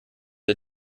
der